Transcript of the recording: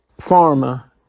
pharma